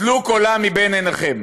טלו קורה מבין עיניכם.